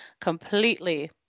completely